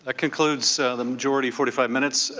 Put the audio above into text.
ah concludes the majority forty five minutes.